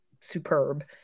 superb